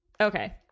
Okay